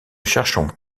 cherchons